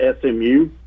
SMU